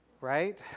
Right